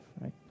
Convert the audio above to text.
right